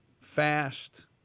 fast